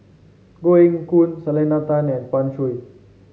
Koh Eng Hoon Selena Tan and Pan Shou